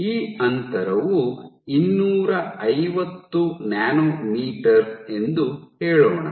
ಈ ಅಂತರವು ಇನ್ನೂರೈವತ್ತು ನ್ಯಾನೊಮೀಟರ್ ಎಂದು ಹೇಳೋಣ